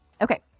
Okay